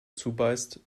zubeißt